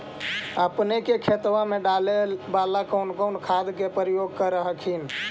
अपने के खेतबा मे डाले बाला कौन कौन खाद के उपयोग कर हखिन?